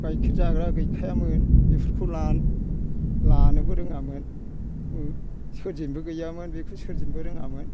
गाइखेर जाग्रा गैखायामोन बेफोरखौ लानो लानोबो रोङामोन सोरजिनोबो गैयामोन बेखौ सोरजिनोबो रोङामोन